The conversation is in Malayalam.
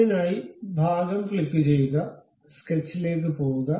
അതിനായി ഭാഗം ക്ലിക്കുചെയ്യുക സ്കെച്ചിലേക്ക് പോകുക